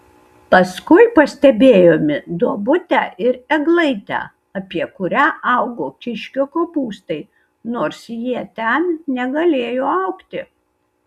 paskui pastebėjome duobutę ir eglaitę apie kurią augo kiškio kopūstai nors jie ten negalėjo augti